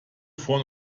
von